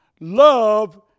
love